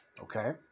Okay